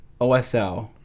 OSL